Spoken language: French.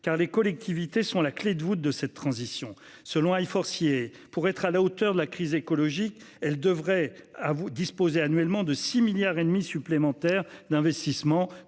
car les collectivités sont la clé de voûte de cette transition selon I Forcier pour être à la hauteur de la crise écologique, elle devrait vous disposez annuellement de 6 milliards et demi supplémentaire d'investissements quand